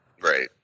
Right